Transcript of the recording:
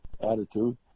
Attitude